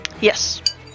Yes